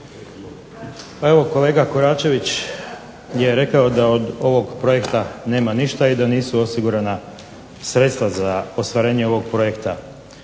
evo kolega KOračević je rekao da od ovog projekta nema ništa i da nisu osigurana sredstva za ostvarenje ovog projekta.